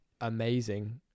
amazing